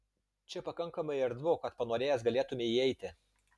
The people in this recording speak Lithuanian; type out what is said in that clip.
čia pakankamai erdvu kad panorėjęs galėtumei įeiti